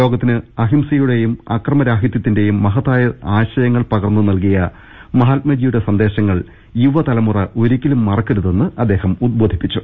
ലോകത്തിന് അഹിം സയുടെയും അക്രമരാഹിത്യത്തിന്റെയും മഹത്തായ ആശയങ്ങൾ പകർന്നുനൽകിയ മഹാത്മജിയുടെ സന്ദേശങ്ങൾ യുവതലമുറ ഒരിക്കലും മറക്കരുതെന്ന് അദ്ദേഹം ഉദ്ബോധിപ്പിച്ചു